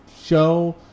show